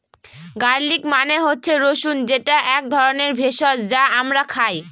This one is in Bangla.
গার্লিক মানে হচ্ছে রসুন যেটা এক ধরনের ভেষজ যা আমরা খাই